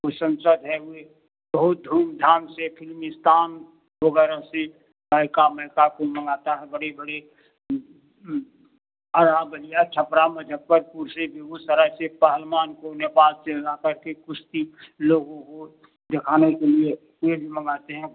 कुछ संसद हैं वे बहुत धूमधाम से फ़िलिमिस्तान वगैरह से गायिका नेता सब मँगाता है बड़े बड़े आरा बलिया छपरा मुजफ़्फ़रपुर से बेगूसराय से पहलवान को नेपाल से ला करके कुश्ती लोगों को दिखाने के लिए ये मँगाते हैं